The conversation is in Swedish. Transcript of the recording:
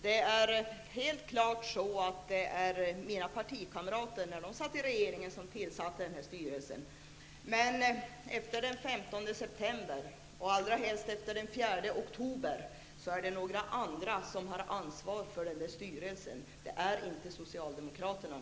Herr talman! Det är helt klart att det var mina partikamrater som satt i regeringen som tillsatte denna styrelse. Men efter den 15 september, och allra helst efter den 4 oktober, är det några andra som har ansvar för den styrelsen. Det är inte längre socialdemokraterna.